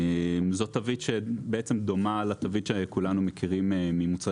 זו תווית שדומה לתווית שכולנו מכירים ממוצרי